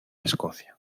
escocia